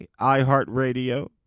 iHeartRadio